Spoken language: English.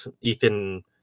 Ethan